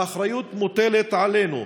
האחריות מוטלת עלינו,